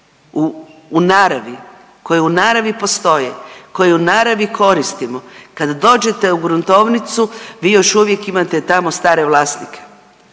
u naravi koje u naravi postoji, koje u naravi koristimo. Kad dođete u gruntovnicu vi još uvijek imate tamo stare vlasnike